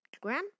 Grandpa